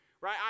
right